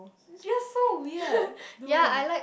you are so weird do